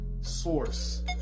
source